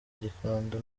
gikondo